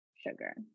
sugar